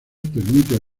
permiten